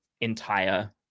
entire